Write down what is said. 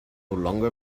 longer